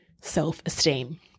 self-esteem